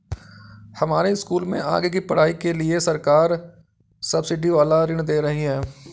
हमारे स्कूल में आगे की पढ़ाई के लिए सरकार सब्सिडी वाला ऋण दे रही है